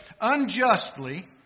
unjustly